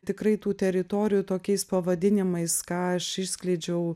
tikrai tų teritorijų tokiais pavadinimais ką aš išskleidžiau